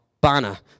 Banner